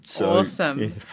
Awesome